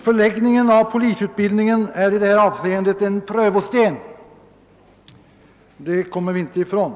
Förläggningen av polisutbildningen är i det avseendet en prövosten. Det kommer vi inte ifrån.